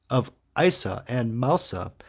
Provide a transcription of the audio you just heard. of isa and mousa,